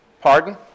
Pardon